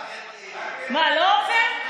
מה, לא, עופר?